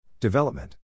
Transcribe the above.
Development